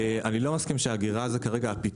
אני לא מסכים עם כך שהאגירה היא הפתרון,